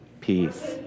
peace